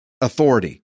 authority